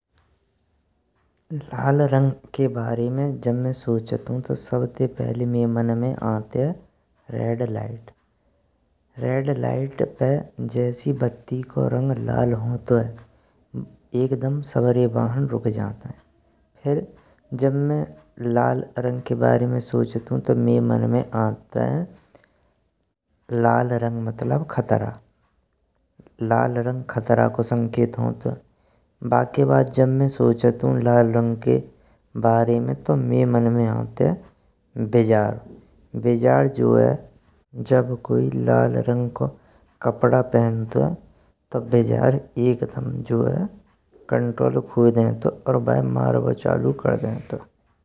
लाल रंग के बारे में जब मैं सोचंतु तो सबसे पहिले में मन में आँतईये रेड लाइट। रेडलाइट पे जैस ही बत्ती को रंग लाल होंतुए एक दम सबरे बहान रुक्क जाइंटेयन। फिर जब मैं लाल रंग के बारे में सोचंतुयु तो में मन में आँते लाल रंग मतलब खतरा लाल रंग खतरा को संकेत होतुयने। बाके बाद जब मैं सोचंतु लाल रंग के बारे में तो में मन में आंतिये बीज़ार। बीज़ार जो है जब कोई लाल रंग को कपड़ा पहंतुये तो बीज़ार एक दम जो है कंट्रोल खोये देंतुए और बाय मारबो चालु कर देंतुये।